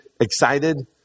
excited